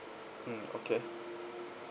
mm okay